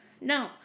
No